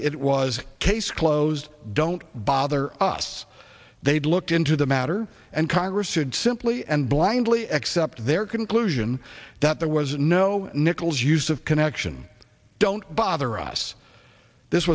it was case closed don't bother us they had looked into the matter and congress had simply and blindly accept their conclusion that there was no nichols use of connection don't bother us this